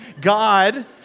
God